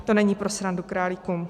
To není pro srandu králíkům.